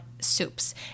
soups